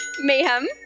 Mayhem